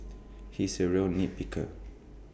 he is A real nit picker